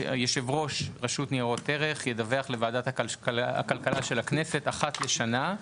יושב ראש רשות ניירות ערך ידווח לוועדת הכלכלה של הכנסת אחת לשנה,